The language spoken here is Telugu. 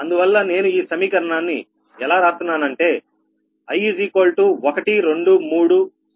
అందువల్ల నేను ఈ సమీకరణాన్ని ఎలా రాస్తున్నానంటే i123